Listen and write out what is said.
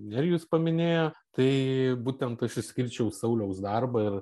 nerijus paminėjo tai būtent aš išskirčiau sauliaus darbą ir